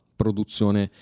produzione